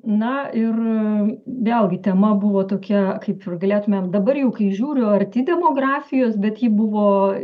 na ir vėlgi tema buvo tokia kaip galėtume dabar jau kai žiūriu arti demografijos bet ji buvo